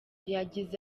yagize